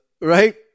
right